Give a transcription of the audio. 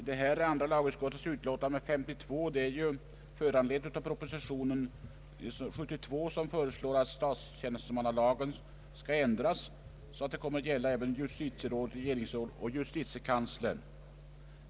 Herr talman! Andra lagutskottets utlåtande nr 52 är föranlett av propositionen 72 som föreslår att statstjänstemannalagen skall ändras så, att den kommer att gälla även justitieråd, regeringsråd och justitiekanslern.